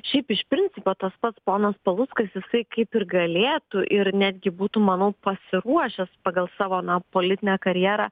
šiaip iš principo tas pats ponas paluckas jisai kaip ir galėtų ir netgi būtų manau pasiruošęs pagal savo na politinę karjerą